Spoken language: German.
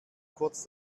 kurz